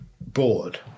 bored